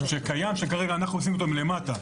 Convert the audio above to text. אנחנו עושים אותו כרגע מלמטה.